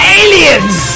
aliens